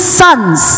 sons